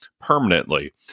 permanently